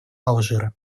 алжира